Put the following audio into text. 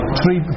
three